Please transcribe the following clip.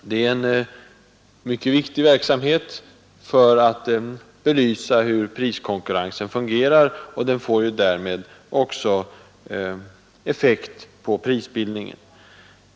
Det är en mycket viktig verksamhet för att belysa hur priskonkurrensen fungerar. Den får därmed också effekt på prisbildningen.